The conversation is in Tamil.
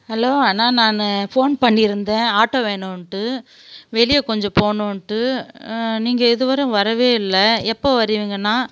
ஹலோ அண்ணா நான் ஃபோன் பண்ணியிருந்தேன் ஆட்டோ வேணும்ன்ட்டு வெளியே கொஞ்சம் போகணும்னுட்டு நீங்கள் இதுவரை வரவே இல்லை எப்பே வருவீங்கண்ணா